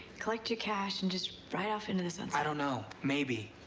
collect your cash. and just ride off into the sunset. i don't know. maybe.